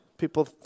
People